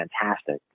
Fantastic